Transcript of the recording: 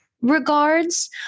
regards